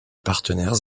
partenaires